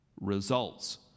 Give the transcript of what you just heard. results